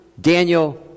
Daniel